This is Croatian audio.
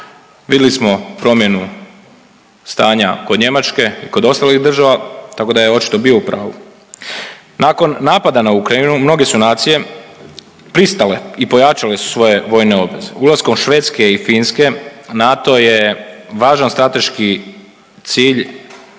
Vidli smo promjenu stanja kod Njemačke, kod ostalih država, tako da je očito bio u pravu. Nakon napada na Ukrajinu, mnoge su nacije pristale i pojačale su svoje vojne obveze. Ulaskom Švedske i Finske, NATO je važan strateški cilj